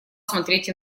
смотреть